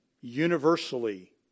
Universally